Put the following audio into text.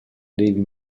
devi